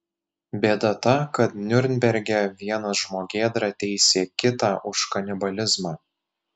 bėda ta kad niurnberge vienas žmogėdra teisė kitą už kanibalizmą